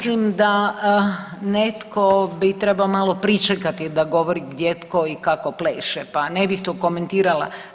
Pa mislim da netko bi trebao malo pričekati da govori gdje, tko i kako pleše pa ne bih to komentirala.